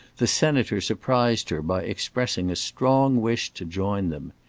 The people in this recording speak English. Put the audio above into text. the senator surprised her by expressing a strong wish to join them.